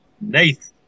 Nate